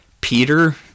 Peter